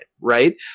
right